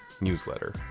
newsletter